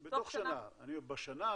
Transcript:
כן, בשנה הזו,